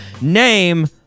Name